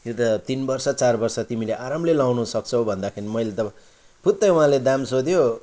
यो त तिन वर्ष चार वर्ष तिमीले आरामले लाउनु सक्छौँ भन्दाखेरि मैले त फुत्तै उहाँले दाम सोध्यो